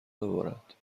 ببارد